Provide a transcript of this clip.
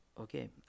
Okay